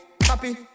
happy